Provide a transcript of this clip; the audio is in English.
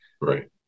Right